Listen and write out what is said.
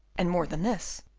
and, more than this,